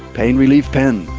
pain relief pen.